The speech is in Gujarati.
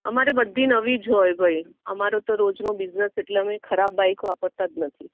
અમારે બધી નવી જ હોય ભાઈ અમારો તો રોજનો બિઝનેસ એટલે અમે ખરાબ બાઈક વાપરતા જ નથી